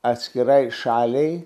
atskirai šaliai